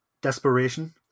desperation